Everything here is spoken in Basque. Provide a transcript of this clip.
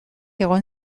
egon